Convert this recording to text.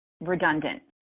redundant